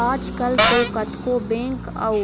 आजकल तो कतको बेंक अउ